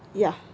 ya